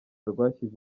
rwashyize